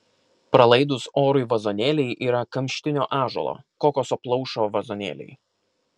pralaidūs orui vazonėliai yra kamštinio ąžuolo kokoso plaušo vazonėliai